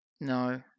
No